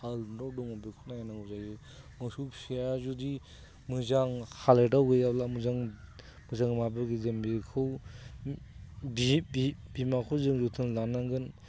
हालोदाव दं बेखौ नायनांगौ जायो मोसौ फिसाया जुदि मोजां हालोदाव गैयाब्ला मोजां मोजां माबायदि जों बेखौ बिमाखौ जों जोथोन लानांगोन